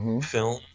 film